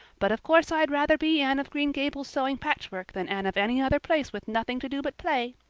but of course i'd rather be anne of green gables sewing patchwork than anne of any other place with nothing to do but play.